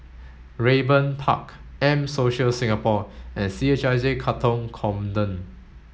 Raeburn Park M Social Singapore and C H I J Katong